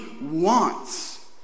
wants